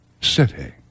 City